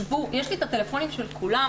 שבו יש לי את הטלפונים של כולם,